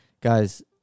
guys